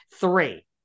Three